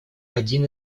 один